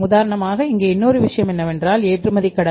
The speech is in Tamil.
உதாரணமாக இங்கே இன்னொரு விஷயம் என்னவென்றால் ஏற்றுமதி கடன்